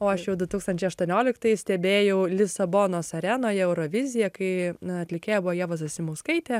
o aš jau du tūkstančiai aštuonioliktais stebėjau lisabonos arenoje euroviziją kai atlikėja buvo ieva zasimauskaitė